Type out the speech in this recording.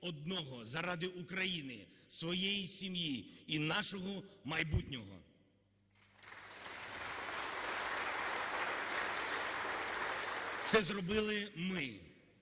одного – заради України, своєї сім'ї і нашого майбутнього. (Оплески) Це зробили ми